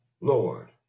Lord